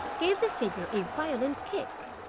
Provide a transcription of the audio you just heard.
gave the figure a violent kick.